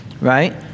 right